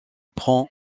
prend